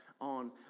on